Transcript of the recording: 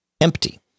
empty